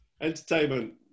Entertainment